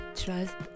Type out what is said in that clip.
trust